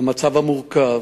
המצב המורכב.